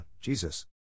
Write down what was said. Jesus